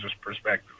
perspective